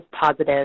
positive